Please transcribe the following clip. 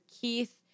Keith